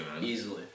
Easily